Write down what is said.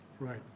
Right